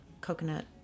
coconut